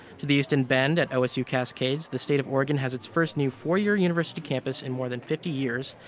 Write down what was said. to the east in bend at osu-cascades, the state of oregon has its first new four-year university campus in more than fifty years,